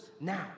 now